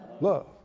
Love